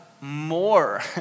more